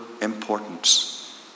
importance